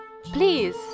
Please